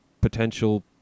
potential